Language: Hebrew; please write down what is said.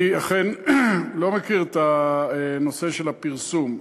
אני אכן לא מכיר את הנושא של הפרסום,